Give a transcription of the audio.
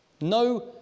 no